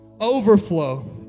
overflow